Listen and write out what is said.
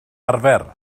arfer